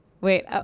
Wait